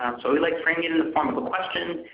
um so we like framing it in the form of a question.